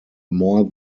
more